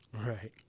Right